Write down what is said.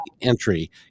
entry